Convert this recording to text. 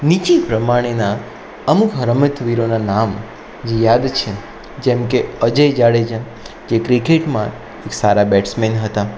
નીચી પ્રમાણેના અમુક રમતવીરોના નામ યાદ છે જેમકે અજય જાડેજા જે ક્રિકેટમાં સારા બેસ્ટમેન હતા